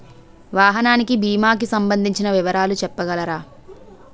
వాహనానికి భీమా కి సంబందించిన వివరాలు చెప్పగలరా?